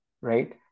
right